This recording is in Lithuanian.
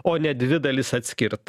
o ne dvi dalis atskirt